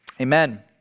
Amen